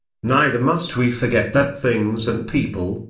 neither must we forget that things and people,